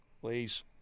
please